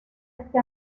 este